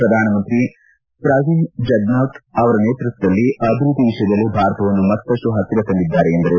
ಪ್ರಧಾನಮಂತ್ರಿ ಪ್ರವಿಂದ್ ಜಗನೌತ್ ಅವರ ನೇತ್ರತ್ವದಲ್ಲಿ ಅಭಿವೃದ್ದಿ ವಿಷಯದಲ್ಲಿ ಭಾರತವನ್ನು ಮತ್ತಷ್ಟು ಹತ್ತಿರ ತಂದಿದ್ಲಾರೆ ಎಂದರು